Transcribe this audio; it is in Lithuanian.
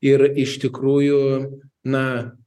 ir iš tikrųjų na